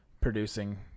producing –